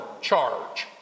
charge